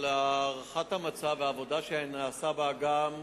אבל הערכת המצב והעבודה שנעשתה באג"מ,